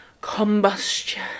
combustion